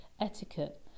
etiquette